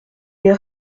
des